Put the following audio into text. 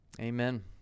Amen